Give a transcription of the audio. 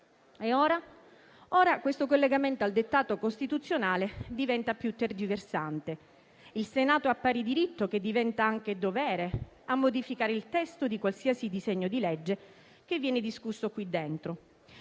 E ora? Ora questo collegamento al dettato costituzionale diventa più tergiversante. Il Senato ha pari diritto, che diventa anche dovere, a modificare il testo di qualsiasi disegno di legge che viene discusso al suo